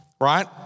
right